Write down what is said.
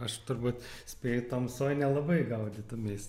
aš turbūt spėju tamsoj nelabai gaudytumeis